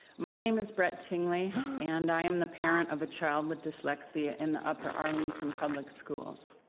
my name is brett tingley and i am the parent of a child with dyslexia in the upper arlington public schools.